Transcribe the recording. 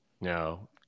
No